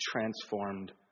transformed